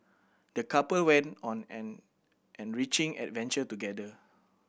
the couple went on an enriching adventure together